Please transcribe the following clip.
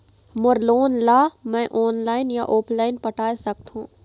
मोर loan ला मैं online या ऑफलाइन पटाए सकथों?